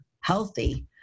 healthy